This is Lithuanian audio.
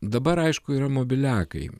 dabar aišku yra mobiliakai